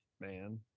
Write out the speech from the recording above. man